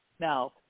Now